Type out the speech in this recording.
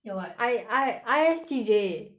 your what I I I_S_T_J